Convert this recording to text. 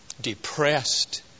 depressed